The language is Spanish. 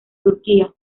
turquía